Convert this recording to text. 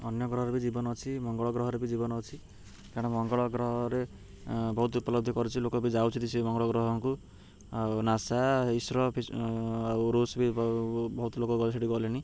ଅନ୍ୟ ଗ୍ରହରେ ବି ଜୀବନ ଅଛି ମଙ୍ଗଳ ଗ୍ରହରେ ବି ଜୀବନ ଅଛି କାରଣ ମଙ୍ଗଳ ଗ୍ରହ ରେ ବହୁତ ଉପଲବ୍ଧି କରିଛି ଲୋକ ବି ଯାଉଛନ୍ତି ସେ ମଙ୍ଗଳ ଗ୍ରହଙ୍କୁ ଆଉ ନାଶା ଇସ୍ରୋ ଆଉ ଋଷ୍ ବି ବହୁତ ଲୋକ ଗଲେ ସେଇଠି ଗଲେଣି